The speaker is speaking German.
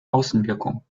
außenwirkung